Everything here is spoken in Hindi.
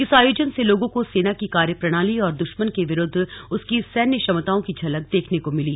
इस आयोजन से लोगों को सेना की कार्यप्रणाली और दुश्मन के विरुद्व उसकी सैन्य क्षमताओं की झलक देखने को मिली